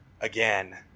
again